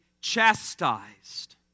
chastised